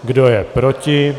Kdo je proti?